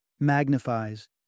Magnifies